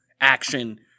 action